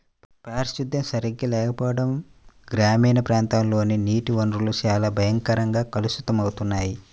పారిశుద్ధ్యం సరిగా లేకపోవడం గ్రామీణ ప్రాంతాల్లోని నీటి వనరులు చాలా భయంకరంగా కలుషితమవుతున్నాయి